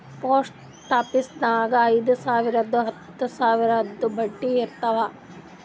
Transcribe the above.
post ಆಫೀಸ್ನಾಗ್ ಐಯ್ದ ಸಾವಿರ್ದು ಹತ್ತ ಸಾವಿರ್ದು ಬಾಂಡ್ ಇರ್ತಾವ್